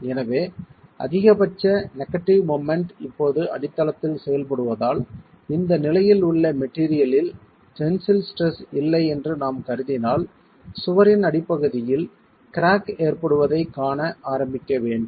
எனவே அதிகபட்ச negative moment இப்போது அடித்தளத்தில் செயல்படுவதால் இந்த நிலையில் உள்ள மெட்டீரியலில் டென்சில் ஸ்ட்ரெஸ் இல்லை என்று நாம் கருதினால் சுவரின் அடிப்பகுதியில் கிராக் ஏற்படுவதைக் காண ஆரம்பிக்க வேண்டும்